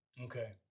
okay